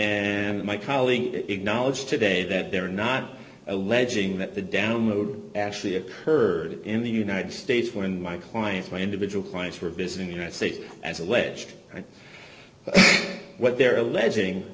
and my colleague acknowledged today that they're not alleging that the download actually occurred in the united states when my client's my individual clients were visiting the united states as alleged and what they're alleging